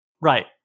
Right